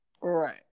Right